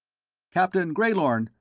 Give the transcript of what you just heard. captain greylorn,